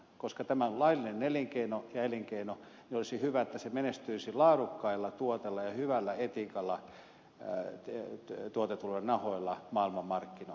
koska tämä on laillinen elinkeino niin olisi hyvä että se menestyisi laadukkailla tuotteilla ja hyvällä etiikalla tuotetuilla nahoilla maailman markkinoilla